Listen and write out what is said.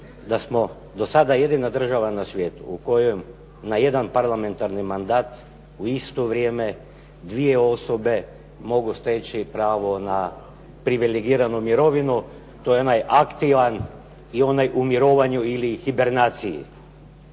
da smo do sada jedina država na svijetu u kojem na jedan parlamentarni mandat u isto vrijeme osobe mogu steći pravo na privilegiranu mirovinu. To je onaj aktivan i onaj u mirovanju ili hibernaciji.